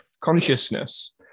consciousness